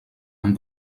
amb